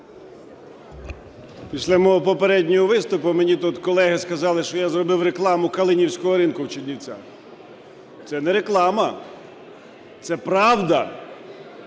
Після мого попереднього виступу мені тут колеги сказали, що я зробив рекламу "Калинівського ринку" в Чернівцях. Це не реклама – це правда,